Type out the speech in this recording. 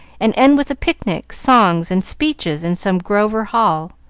and end with a picnic, songs, and speeches in some grove or hall.